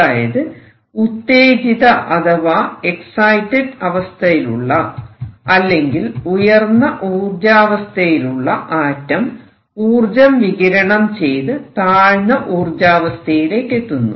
അതായത് ഉത്തേജിത അഥവാ എക്സൈറ്റഡ് അവസ്ഥയിലുള്ള അല്ലെങ്കിൽ ഉയർന്ന ഊർജാവസ്ഥയിലുള്ള ആറ്റം ഊർജം വികിരണം ചെയ്ത് താഴ്ന്ന ഊർജാവസ്ഥയിലേക്കെത്തുന്നു